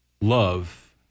love